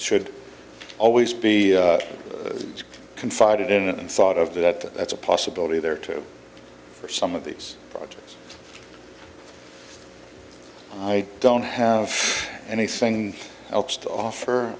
should always be confided in and thought of that that's a possibility there too for some of these projects i don't have anything else to offer